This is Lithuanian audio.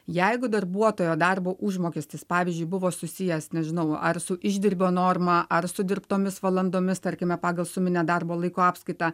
jeigu darbuotojo darbo užmokestis pavyzdžiui buvo susijęs nežinau ar su išdirbio norma ar su dirbtomis valandomis tarkime pagal suminę darbo laiko apskaitą